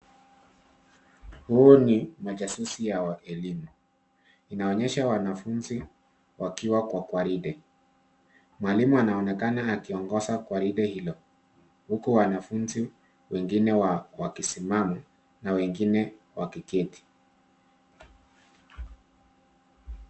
Huu ni majasusi ya elimu inaonyesha wanafunzi wakiwa kwa gwaride. Mwalimu anaonekana akiongoza gwaride hilo, huku wanafunzi wengine wakisimama na wengine wakiketi.